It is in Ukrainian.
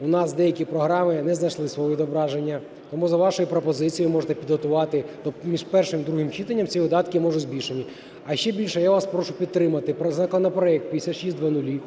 у нас деякі програми не знайшли свого відображення. Тому за вашою пропозицією можете підготувати між першим і другим читанням, ці видатки можуть… збільшені. А ще більше я вас прошу підтримати законопроект 5600,